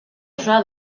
osoa